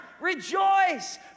rejoice